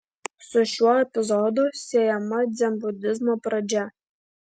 su šiuo epizodu siejama dzenbudizmo pradžia